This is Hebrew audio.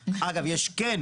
על כך שאני כביכול בשם